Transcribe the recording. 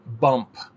bump